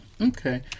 Okay